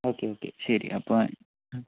okay okay ശരി അപ്പോൾ മ്